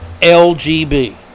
lgb